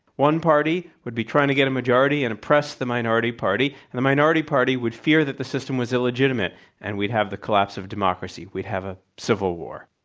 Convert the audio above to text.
one party would be trying to get a majority and oppress the minority party. and the minority party would fear that the system was illegitimate and we'd have the collapse of democracy. we'd have a civil war.